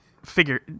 Figure